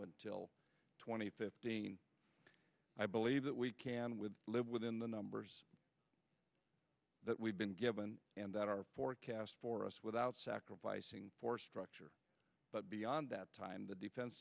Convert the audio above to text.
and fifteen i believe that we can with live within the numbers that we've been given and that our forecast for us without sacrificing force structure but beyond that time the defense